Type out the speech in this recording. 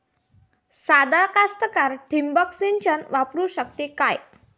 सादा कास्तकार ठिंबक सिंचन वापरू शकते का?